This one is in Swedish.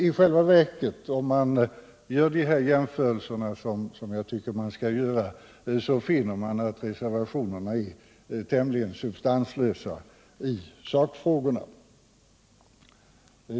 I själva verket finner man, om man gör de här jämförelserna, som jag tycker att man skall göra, att reservationerna är tämligen substanslösa i sakfrågorna.